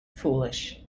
foolish